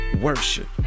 worship